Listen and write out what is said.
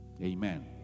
Amen